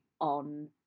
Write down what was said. on